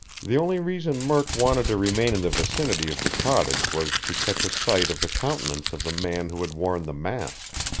the only reason murk wanted to remain in the vicinity of the cottage was to catch a sight of the countenance of the man who had worn the mask.